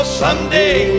someday